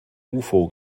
ufo